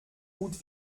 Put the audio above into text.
gut